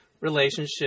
relationship